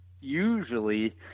usually